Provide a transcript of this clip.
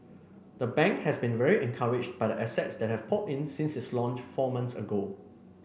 the bank has been very encouraged by the assets that have poured in since its launch four months ago